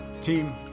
Team